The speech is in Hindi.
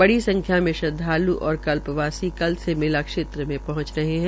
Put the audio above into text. बड़ी संख्या में श्रदवालु और कल्पवासी कल से मेला क्षेत्र पहुंच रहे है